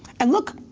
and look.